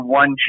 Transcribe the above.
one